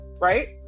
right